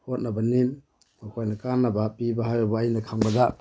ꯍꯣꯠꯅꯕꯅꯤ ꯃꯈꯣꯏꯅ ꯀꯥꯟꯅꯕ ꯄꯤꯕ ꯍꯥꯏꯕꯕꯨ ꯑꯩꯅ ꯈꯪꯕꯗ